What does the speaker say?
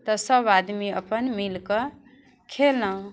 तऽ सब आदमी अपन मिलके खेलहुँ